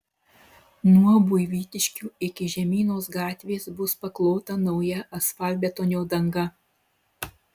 nuo buivydiškių iki žemynos gatvės bus paklota nauja asfaltbetonio danga